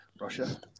Russia